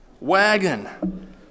wagon